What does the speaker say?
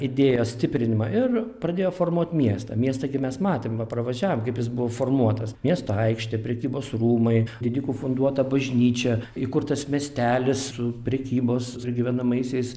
idėjos stiprinimą ir pradėjo formuot miestą miestą gi mes matėm va pravažiavom kaip jis buvo formuotas miesto aikštė prekybos rūmai didikų funduota bažnyčia įkurtas miestelis su prekybos su gyvenamaisiais